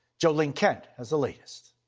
jo ling kent has the latest.